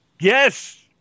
Yes